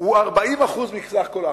הוא 40% מסך כל ההכנסה.